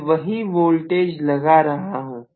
मैं वही वोल्टेज लगा रहा हूं